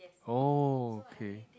oh okay